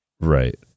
Right